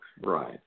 right